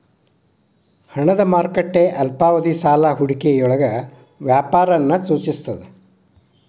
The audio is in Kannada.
ಹಣದ ಮಾರುಕಟ್ಟೆ ಅಲ್ಪಾವಧಿ ಸಾಲ ಹೂಡಿಕೆಯೊಳಗ ವ್ಯಾಪಾರನ ಸೂಚಿಸ್ತದ